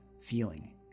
feeling